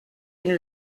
une